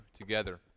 together